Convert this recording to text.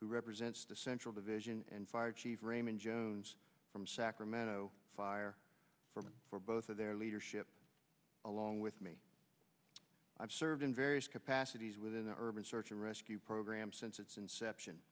who represents the central division and fire chief raymond jones from sacramento fire for both of their leadership along with me i've served in various capacities within the urban search and rescue program since its inception